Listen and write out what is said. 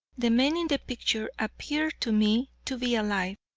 the men in the picture appeared to me to be alive,